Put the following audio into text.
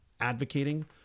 advocating